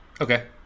Okay